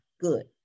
good